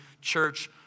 church